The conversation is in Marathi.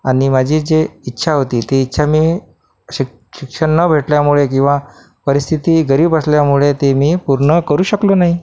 आणि माझी जी इच्छा होती ती इच्छा मी शिक्ष शिक्षण न भेटल्यामुळे किंवा परिस्थिती गरीब असल्यामुळे ती मी पूर्ण करू शकलो नाही